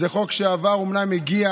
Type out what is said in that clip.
זה חוק שאומנם הגיע